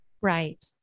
Right